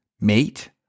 mate